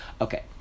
okay